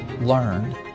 learn